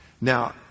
Now